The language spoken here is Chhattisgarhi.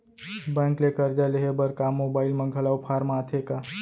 बैंक ले करजा लेहे बर का मोबाइल म घलो फार्म आथे का?